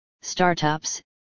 startups